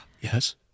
Yes